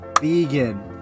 vegan